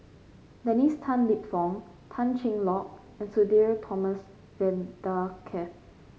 Dennis Tan Lip Fong Tan Cheng Lock and Sudhir Thomas Vadaketh